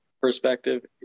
perspective